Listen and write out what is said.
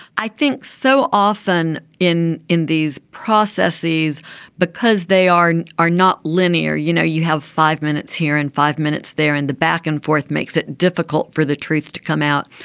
i think so often in in these processes because they are are not linear you know you have five minutes here in five minutes they're in the back and forth makes it difficult for the truth to come out.